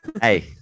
Hey